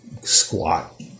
squat